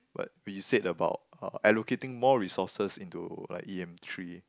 but we said about uh allocating more resources into like e_m three